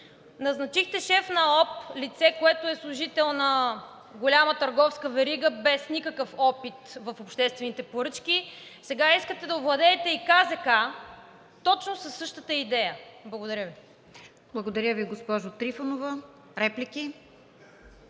Назначихте шеф на АОП – лице, което е служител на голяма търговска верига, без никакъв опит в обществените поръчки. Сега искате да овладеете и КЗК точно със същата идея. Благодаря Ви. ПРЕДСЕДАТЕЛ РОСИЦА КИРОВА: Благодаря Ви, госпожо Трифонова. Реплики?